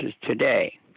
today